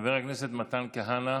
חבר הכנסת מתן כהנא,